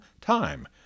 time